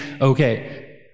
okay